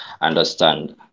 understand